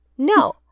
No